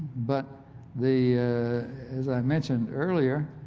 but the as i mentioned earlier,